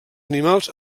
animals